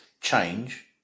change